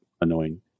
annoying